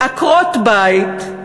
עקרות-בית,